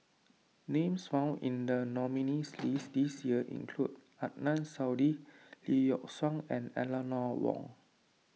names found in the nominees' list this year include Adnan Saidi Lee Yock Suan and Eleanor Wong